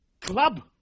club